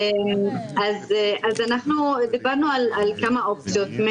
דיברנו על כמה אופציות,